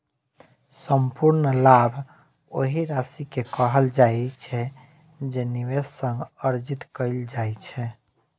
संपूर्ण लाभ ओहि राशि कें कहल जाइ छै, जे निवेश सं अर्जित कैल जाइ छै